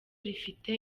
rifite